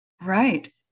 Right